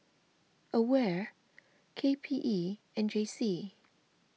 Aware K P E and J C